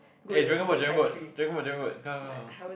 eh dragon boat dragon boat dragon boat dragon boat come come come